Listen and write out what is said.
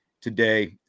today